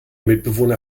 mitbewohner